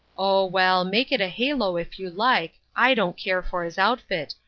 oh, well, make it a halo, if you like, i don't care for his outfit,